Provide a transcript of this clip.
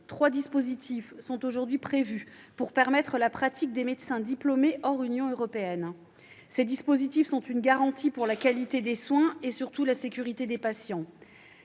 Trois dispositifs sont aujourd'hui prévus pour permettre la pratique des médecins diplômés hors Union européenne. Ces dispositifs sont une garantie pour la qualité des soins et, surtout, la sécurité des patients.